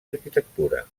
arquitectura